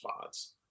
spots